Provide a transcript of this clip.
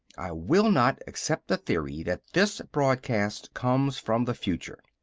i will not accept the theory that this broadcast comes from the future!